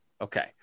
Okay